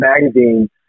magazine